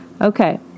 Okay